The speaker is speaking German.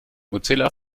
mozilla